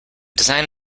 design